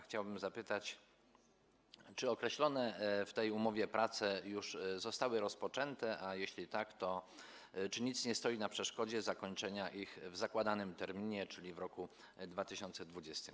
Chciałbym zapytać, czy określone w tej umowie prace już zostały rozpoczęte, a jeśli tak, to czy nic nie stoi na przeszkodzie, by zostały zakończone w zakładanym terminie, czyli w roku 2020.